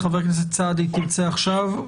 חבר הכנסת סעדי, בבקשה.